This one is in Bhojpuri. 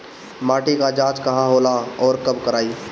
माटी क जांच कहाँ होला अउर कब कराई?